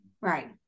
Right